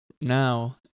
Now